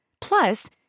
Plus